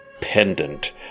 pendant